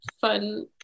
fun